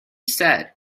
said